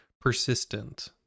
persistent